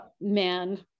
man